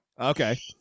Okay